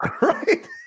Right